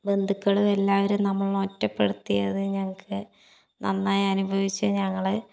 ബന്ധുക്കളും എല്ലാവരും നമ്മളെ ഒറ്റപ്പെടുത്തി അത് ഞങ്ങൾക്ക് നന്നായി അനുഭവിച്ചു ഞങ്ങൾ